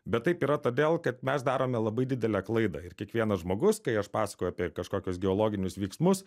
bet taip yra todėl kad mes darome labai didelę klaidą ir kiekvienas žmogus kai aš pasakoju apie kažkokius geologinius vyksmus